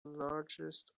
largest